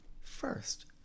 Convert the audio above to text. First